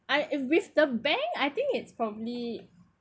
I if with the bank I think it's probably